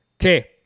okay